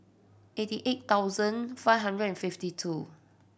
eighty eight thousand five hundred and fifty two